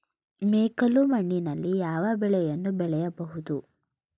ಮೆಕ್ಕಲು ಮಣ್ಣಿನಲ್ಲಿ ಯಾವ ಬೆಳೆಯನ್ನು ಬೆಳೆಯಬಹುದು?